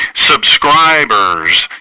Subscribers